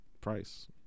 price